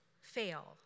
fail